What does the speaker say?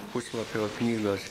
puslapio knygos